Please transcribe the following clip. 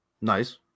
Nice